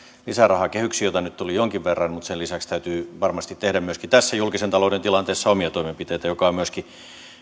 lisärahaa jota nyt tuli jonkin verran mutta sen lisäksi täytyy varmasti tehdä tässä julkisen talouden tilanteessa omia toimenpiteitä mikä on myöskin